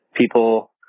people